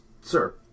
sir